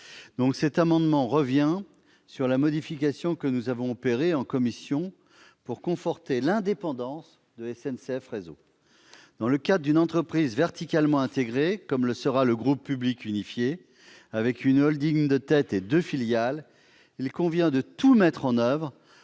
Or cet amendement tend à revenir sur la modification que nous avons opérée en commission pour conforter l'indépendance de SNCF Réseau. Dans le cadre d'une entreprise verticalement intégrée, comme le sera le groupe public unifié, avec une de tête et deux filiales, il convient de tout mettre en oeuvre